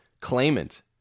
claimant